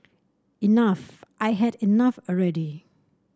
enough I had enough already